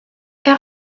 air